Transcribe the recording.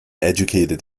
educated